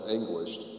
Anguished